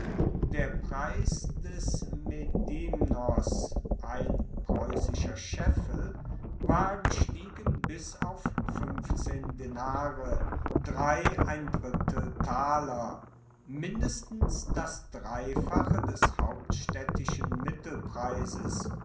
der preis des medimnos ein preussischer scheffel war gestiegen bis auf fuenf denare drittel mindestens das dreifache des hauptstaedtischen mittelpreises